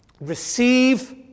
Receive